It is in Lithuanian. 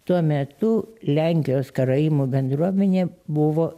tuo metu lenkijos karaimų bendruomenė buvo